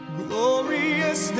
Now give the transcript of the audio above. glorious